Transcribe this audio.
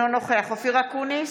אינו נוכח אופיר אקוניס,